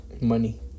money